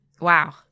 wow